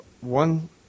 One